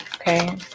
okay